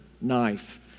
knife